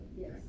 Yes